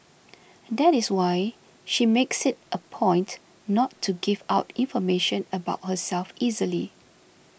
that is why she makes it a point not to give out information about herself easily